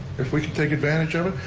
if we could take advantage of it,